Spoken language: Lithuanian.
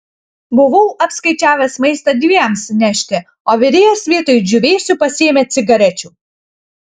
buvau apskaičiavęs maistą dviems nešti o virėjas vietoj džiūvėsių pasiėmė cigarečių